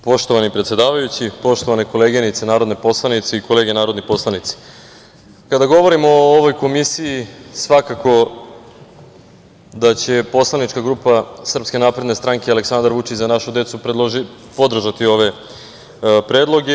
Poštovani predsedavajući, poštovane koleginice narodne poslanice i kolege narodni poslanici, kada govorim o ovoj Komisiji svakako da će poslanička grupa SNS, Aleksandar Vučić – Za našu decu podržati ove predloge.